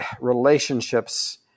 relationships